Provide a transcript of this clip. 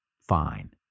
fine